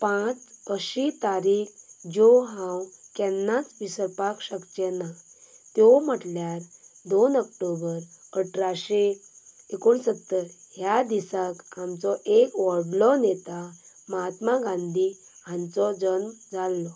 पांच अशी तारीक ज्यो हांव केन्नाच विसरपाक शकचेना त्यो म्हटल्यार दोन ऑक्टोबर अठराशें एकोण सत्तर ह्या दिसांक आमचो एक व्हडलो नेता महात्मा गांधी हांचो जल्म जाल्लो